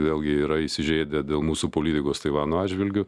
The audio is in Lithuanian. vėlgi yra įsižeidę dėl mūsų politikos taivano atžvilgiu